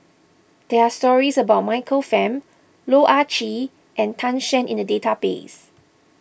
there are stories about Michael Fam Loh Ah Chee and Tan Shen in the database